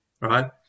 right